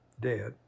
dead